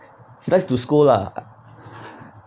he likes to scold lah